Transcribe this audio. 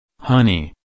Honey